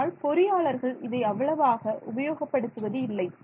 ஆனால் பொறியாளர்கள் இதை அவ்வளவாக உபயோகப்படுத்துவது இல்லை